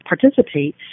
participate